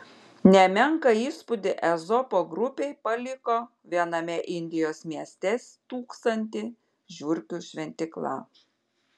nemenką įspūdį ezopo grupei paliko viename indijos mieste stūksanti žiurkių šventykla